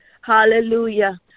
Hallelujah